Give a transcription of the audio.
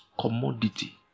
commodity